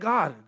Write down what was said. God